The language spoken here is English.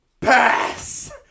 pass